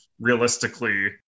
realistically